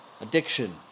Addiction